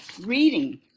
reading